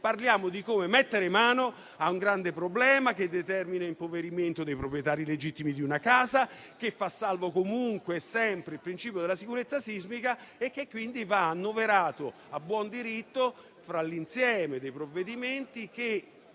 ma di come mettere mano a un grande problema, che determina l'impoverimento dei legittimi proprietari di una casa e che fa salvo comunque e sempre il principio della sicurezza sismica e che quindi va annoverato a buon diritto fra l'insieme dei provvedimenti che